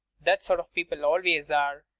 that sort of people always are.